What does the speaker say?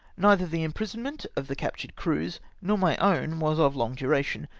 neither the imprisonment of the captured crews, nor my own, was of long duration.